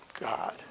God